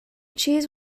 cheese